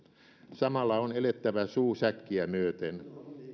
samalla on elettävä suu säkkiä myöten